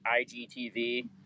IGTV